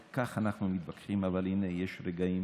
אנחנו כל כך מתווכחים, אבל הינה, יש רגעים